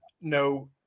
no